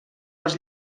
les